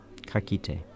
Kakite